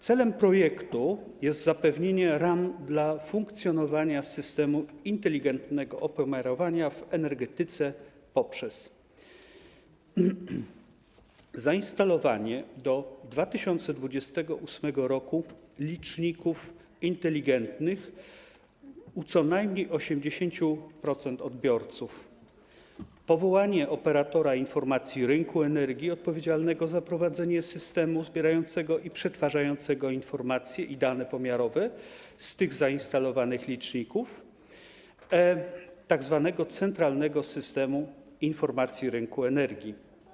Celem projektu jest zapewnienie ram dla funkcjonowania systemu inteligentnego opomiarowania w energetyce poprzez zainstalowanie do 2028 r. inteligentnych liczników u co najmniej 80% odbiorców, powołanie operatora informacji rynku energii odpowiedzialnego za prowadzenie systemu zbierającego i przetwarzającego informacje i dane pomiarowe z tych zainstalowanych liczników, tzw. centralnego systemu informacji rynku energii.